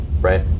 Right